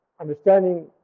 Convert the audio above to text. understanding